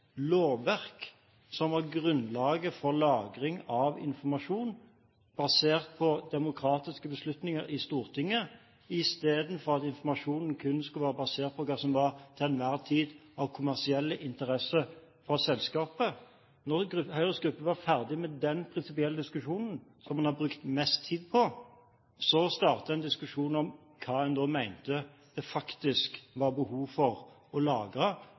lovverk som var grunnlaget for lagring av informasjon basert på demokratiske beslutninger i Stortinget, i stedet for at informasjonen kun skulle være basert på hva som til enhver tid skulle være av kommersielle interesser for selskapet. Da Høyres gruppe var ferdig med den prinsipielle diskusjonen, som en har brukt mest tid på, så startet en en diskusjon om hva en da mente det faktisk var behov for å lagre,